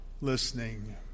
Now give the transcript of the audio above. listening